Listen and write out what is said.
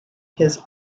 his